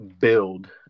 build